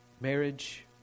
marriage